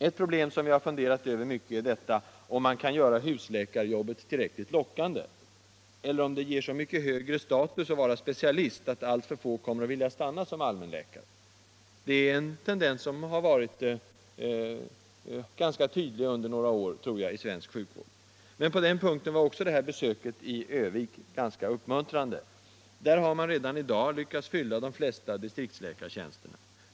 Ett problem som vi har funderat mycket över är, om man kan göra husläkarjobbet tillräckligt lockande, eller om det ger så mycket högre status att vara specialist att alltför få kommer att vilja stanna som allmänläkare. Det är en tendens som man tyvärr har kunnat se under några år i svensk sjukvård. Men även på den punkten var besöket i Örnsköldsvik uppmuntrande. Där har man redan i dag lyckats besätta de flesta distriktsläkartjänsterna.